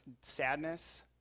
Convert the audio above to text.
sadness